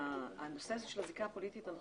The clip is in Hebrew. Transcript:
הנושא הזה של הזיקה הפוליטית אנחנו